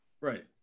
Right